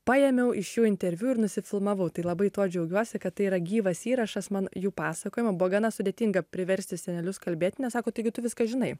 paėmiau iš jų interviu ir nusifilmavau tai labai tuo džiaugiuosi kad tai yra gyvas įrašas man jų pasakojimo buvo gana sudėtinga priversti senelius kalbėt nes sako taigi tu viską žinai